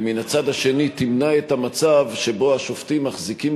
ומן הצד השני תמנע את המצב שבו השופטים מחזיקים